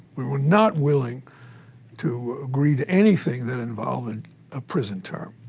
we were not willing to agree to anything that involved a prison term.